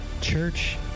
Church